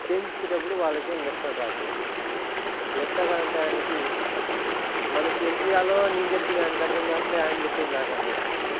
change ఇచ్చేటప్పుడు వాళ్ళ దగ్గర లెక్కలు రావట్లేదు లెక్కలు రాని టయానికి మనకేం చేయాలో నేను చెప్పేది ఆయనకి అర్థం కావట్లే ఆయన చెప్పేది నాకు అర్థం కావట్లే